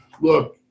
look